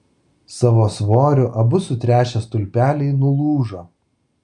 savo svoriu abu sutręšę stulpeliai nulūžo